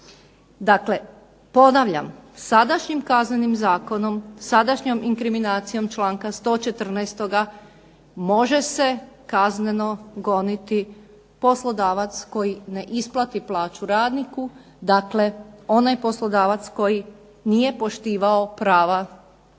Dakle, ponavljam sadašnjim Kaznenim zakonom, sadašnjom inkriminacijom članka 114. može se kazneno goniti poslodavac koji ne isplati plaću radniku. Dakle, onaj poslodavac koji nije poštivao prava iz radnoga